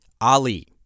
Ali